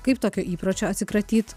kaip tokio įpročio atsikratyt